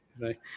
right